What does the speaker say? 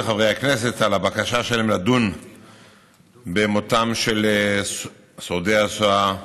על הבקשה שלהם לדון במותם של שורד השואה קאז'יק,